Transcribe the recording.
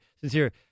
sincere